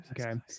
Okay